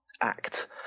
act